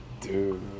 Dude